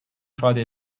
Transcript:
ifade